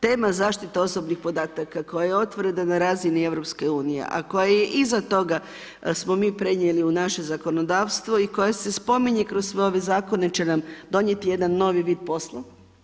Tema zaštitnih osoba podataka, koja je otvorena na razini EU, a koja je iza toga smo mi prenijeli u naše zakonodavstvo i koja se spominje kroz sve ove zakone će nam donijeti jedan novi vid posla.